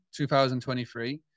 2023